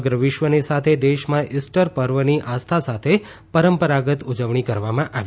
સમગ્ર વિશ્વની સાથે દેશમાં ઇસ્ટર પર્વની આસ્થા સાથે પરંપરાગત ઉજવણી કરવામાં આવી